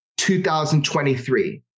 2023